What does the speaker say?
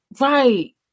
right